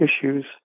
issues